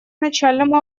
начальному